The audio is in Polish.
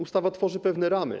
Ustawa tworzy pewne ramy.